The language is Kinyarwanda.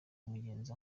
umugenzi